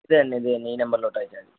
ഇത് തന്നെ ഇത് തന്നെ ഈ നമ്പറിലോട്ട് അയച്ചാൽ മതി